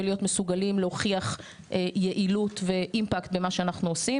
בלהיות מסוגלים להוכיח יעילות ואימפקט במה שאנחנו עושים